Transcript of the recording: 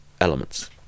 elements